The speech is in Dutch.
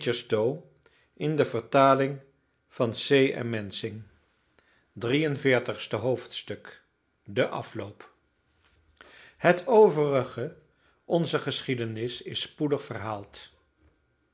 en veertigste hoofdstuk de afloop het overige onzer geschiedenis is spoedig verhaald